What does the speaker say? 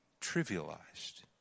trivialized